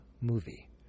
movie